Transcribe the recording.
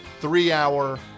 three-hour